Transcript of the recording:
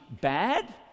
bad